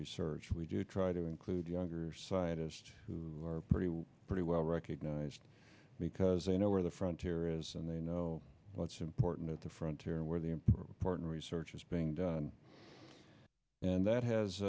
research we do try to include younger scientists who are pretty well pretty well recognized because they know where the frontier is and they know what's important at the frontier where the important research is being done and that has